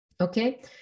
okay